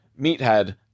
Meathead